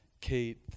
Kate